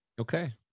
Okay